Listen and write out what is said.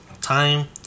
time